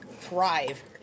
thrive